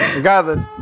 Regardless